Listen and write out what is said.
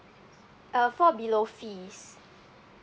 uh fall below fees